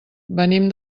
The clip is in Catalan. venim